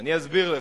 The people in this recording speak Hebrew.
אני אסביר לך.